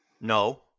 No